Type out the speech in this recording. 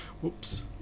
Whoops